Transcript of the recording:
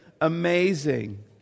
amazing